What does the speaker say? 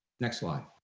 next slide.